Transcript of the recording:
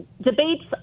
Debates